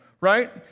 right